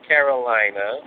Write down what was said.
Carolina